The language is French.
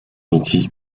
midi